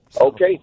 Okay